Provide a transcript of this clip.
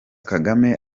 kagame